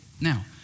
Now